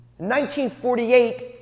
1948